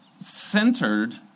centered